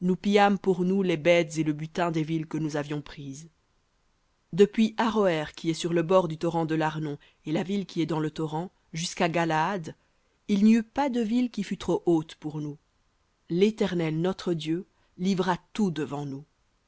pour nous les bêtes et le butin des villes que nous avions prises depuis aroër qui est sur le bord du torrent de l'arnon et la ville qui est dans le torrent jusqu'à galaad il n'y eut pas de ville qui fût trop haute pour nous l'éternel notre dieu livra tout devant nous